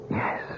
yes